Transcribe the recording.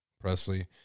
Presley